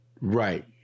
Right